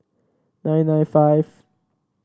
nine nine five